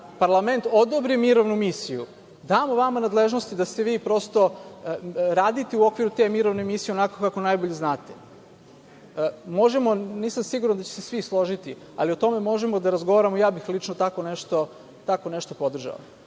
parlament odobri mirovnu misiju, damo vama nadležnosti da vi prosto radite u okviru te mirovne misije onako kako najbolje znate. Nisam siguran da će se svi složiti, ali o tome možemo da razgovaramo. Ja bih lično tako nešto podražo.Zašto